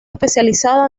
especializada